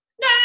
no